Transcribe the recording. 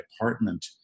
apartment